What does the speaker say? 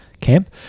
camp